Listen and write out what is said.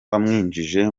wamwinjije